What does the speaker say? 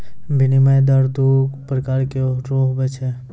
विनिमय दर दू प्रकार रो हुवै छै